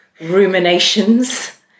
ruminations